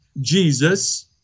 Jesus